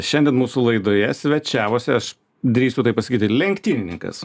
šiandien mūsų laidoje svečiavosi aš drįstu taip pasakyti ir lenktynininkas